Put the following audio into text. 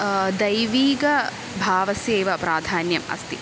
दैविकभावस्य एव प्राधान्यम् अस्ति